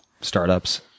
startups